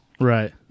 Right